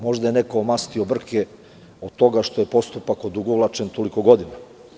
Možda je neko omastio brke od toga što je postupak odugovlačen toliko godina.